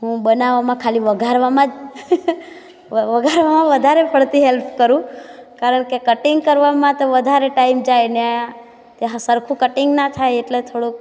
હું બનાવવામાં ખાલી વઘારવામાં જ વ વઘારવામાં જ વધરે પડતી હેલ્પ કરું કારણ કે કટિંગ કરવામાં વધારે ટાઈમ જાય ને આ તે સરખું કટિંગ ના થાય એટલે થોડુંક